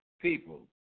people